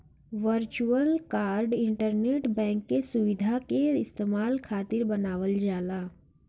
virtual card internet bank के सुविधा के इस्तेमाल खातिर बनावल जाला